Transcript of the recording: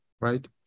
right